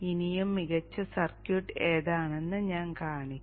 ഇനിയും മികച്ച സർക്യൂട്ട് ഏതാണെന്ന് ഞാൻ കാണിക്കും